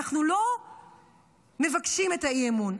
אנחנו לא מבקשים את האי-אמון,